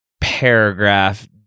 paragraph